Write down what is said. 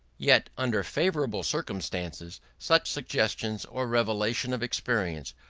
yet, under favourable circumstances, such suggestion or revelation of experience,